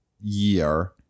year